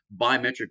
biometric